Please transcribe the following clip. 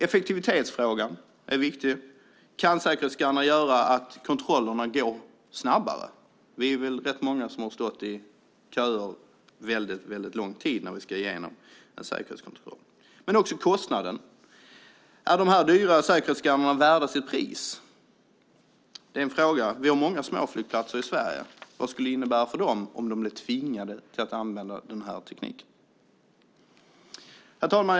Effektivitetsfrågan är viktig. Kan säkerhetsskannrarna göra att kontrollerna går snabbare? Vi är rätt många som har stått i köer väldigt lång tid när vi ska igenom en säkerhetskontroll. Så har vi kostnaden. Är de här dyra säkerhetsskannrarna värda sitt pris? Vi har många små flygplatser i Sverige. Vad skulle det innebära för dem om de blev tvingade att använda den här tekniken? Herr talman!